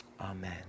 Amen